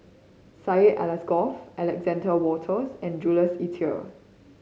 Syed Alsagoff Alexander Wolters and Jules Itier